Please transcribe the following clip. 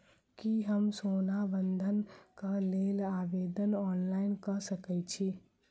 की हम सोना बंधन कऽ लेल आवेदन ऑनलाइन कऽ सकै छी?